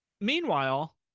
Meanwhile